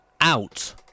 out